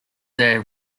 their